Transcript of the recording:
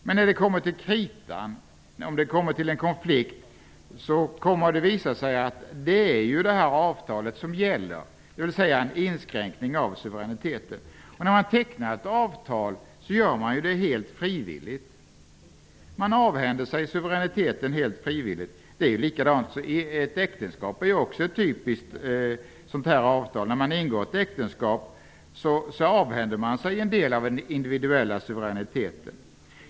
Men när det kommer till kritan -- om det blir en konflikt -- kommer det att visa sig att det är avtalet som gäller. Det är alltså en inskränkning av suveräniteten. Att teckna ett avtal är ju helt frivilligt. Man avhänder sig suveräniteten helt frivilligt. Det är likadant i ett äktenskap. Det är ett typiskt sådant avtal. När man ingår ett äktenskap avhänder man sig en del av sin individuella suveränitet.